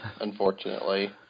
unfortunately